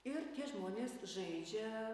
ir tie žmonės žaidžia